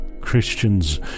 Christians